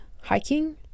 Hiking